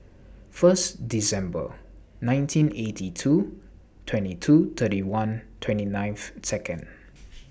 First December nineteen eighty two twenty two thirty one twenty ninth Second